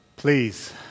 Please